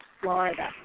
Florida